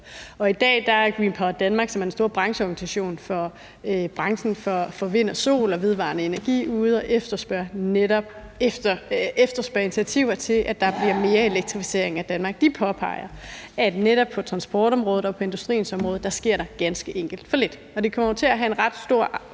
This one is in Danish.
I dag er Green Power Denmark, som er den store brancheorganisation for branchen for vedvarende energi, ude at efterspørge netop initiativer til, at der bliver mere elektrificering af Danmark. De påpeger, at netop på transportområdet og på industriens område sker der ganske enkelt for lidt. Og det kommer jo til at have en ret stor